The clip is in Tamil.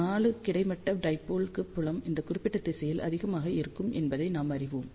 4 கிடைமட்ட டைபோல் க்கு புலம் இந்த குறிப்பிட்ட்ட திசையில் அதிகமாக இருக்கும் என்பதை நாம் அறிவோம்